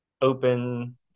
open